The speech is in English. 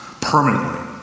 permanently